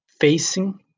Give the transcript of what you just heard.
facing